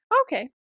Okay